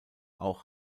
auch